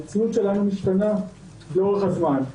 המציאות של היום משתנה לאורך הזמן.